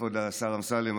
כבוד השר אמסלם,